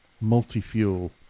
multi-fuel